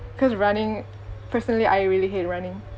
cause running personally I really hate running